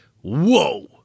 whoa